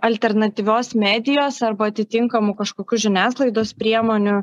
alternatyvios medijos arba atitinkamų kažkokių žiniasklaidos priemonių